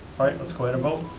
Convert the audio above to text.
all right, let's go ahead and vote.